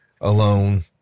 alone